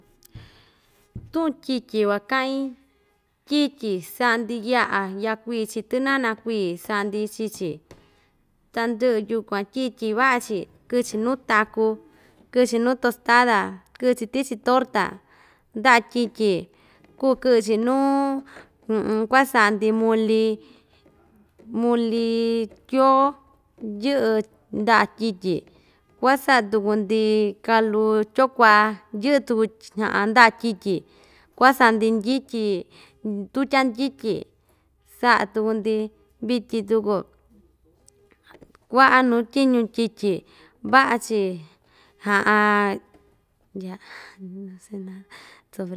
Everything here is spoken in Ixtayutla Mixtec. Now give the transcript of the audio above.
Tuꞌun tyityi kuakaꞌin tyityi saꞌa‑ndi yaꞌa yaꞌa kui chiin tɨnana kui saꞌa‑ndi chii‑chi tandɨꞌɨ yukuan tyityi vaꞌa‑chi kɨꞌɨ‑chi nuu taku kɨꞌɨ‑chi nuu tostada kɨꞌɨ‑chi tichi torta ndyaꞌa tyityi kuu kɨꞌɨ‑chi nuu kuaꞌa saꞌa‑ndi muli muli tyoo yɨꞌɨ ndaꞌa tyityi kua saꞌa tuku‑ndi kalu tyoo kuaꞌa yɨꞌɨ tuku ty ndaꞌa tyityi kuaꞌa saꞌa‑ndi ndyityi tutya ndityi saꞌa tukku‑ndi vityin tuku kuaꞌa nuu tyiñu tyityi vaꞌa‑chi ndya no se nada sobre.